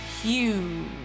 huge